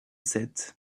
sept